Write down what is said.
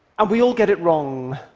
and we all get it wrong.